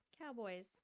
Cowboys